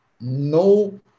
No